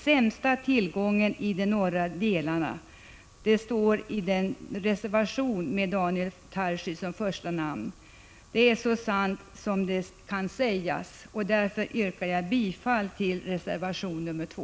Sämst är tillgången i de norra delarna. Detta sägs i den reservation som Daniel Tarschys m.fl. har avgett, och det är så sant som det är sagt. Jag yrkar bifall till reservation 2.